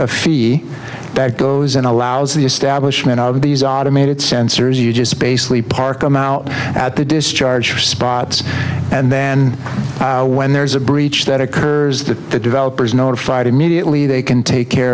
a fee that goes and allows the establishment of these automated sensors you just basically park them out at the discharge spots and then when there's a breach that occurs the developers notified immediately they can take care